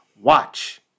Watch